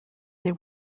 they